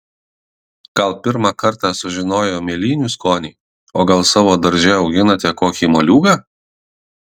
gal pirmą kartą sužinojo mėlynių skonį o gal savo darže auginate kokį moliūgą